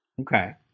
Okay